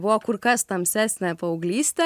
buvo kur kas tamsesnė paauglystė